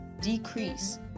decrease